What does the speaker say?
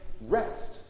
rest